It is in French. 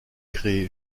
créé